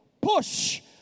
push